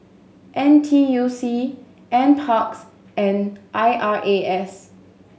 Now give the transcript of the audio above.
N T U C Nparks and I R A S